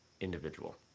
individual